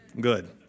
Good